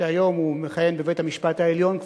שהיום הוא מכהן כבר בבית-המשפט העליון,